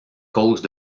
cause